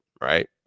Right